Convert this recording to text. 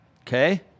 Okay